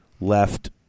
left